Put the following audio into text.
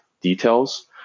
details